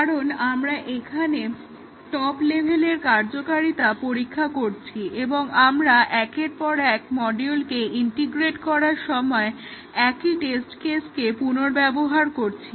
কারণ আমরা এখানে টপ লেভেলের কার্যকারিতা পরীক্ষা করছি এবং আমরা একের পর এক মডিউলকে ইন্টিগ্রেট করার সময় একই টেস্ট কেসকে পুনর্ব্যবহার করছি